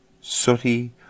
sooty